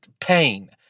pain